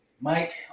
Mike